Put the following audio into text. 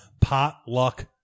potluck